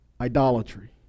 Idolatry